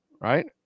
Right